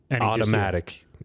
Automatic